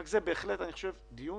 זה בהחלט דיון